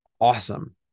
awesome